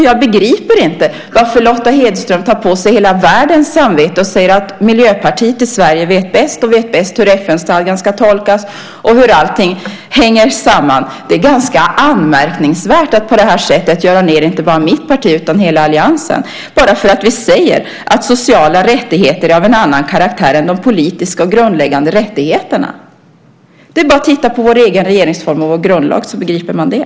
Jag begriper inte varför Lotta Hedström tar på sig hela världens samvete och säger att Miljöpartiet i Sverige vet bäst, vet bäst hur FN-stadgan ska tolkas och hur allting hänger samman. Det är ganska anmärkningsvärt att på det här sättet göra ned inte bara mitt parti utan hela alliansen bara för att vi säger att sociala rättigheter är av en annan karaktär än de politiska och grundläggande rättigheterna. Det är bara att titta på vår egen regeringsform och på vår grundlag så begriper man det.